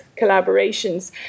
collaborations